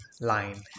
line